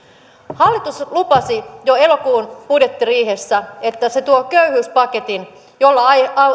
hallitus lupasi jo elokuun budjettiriihessä että se tuo köyhyyspaketin jolla